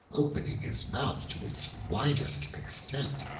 opening his mouth to its widest extent,